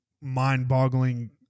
mind-boggling